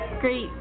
great